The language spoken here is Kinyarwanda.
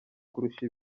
kurusha